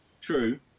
True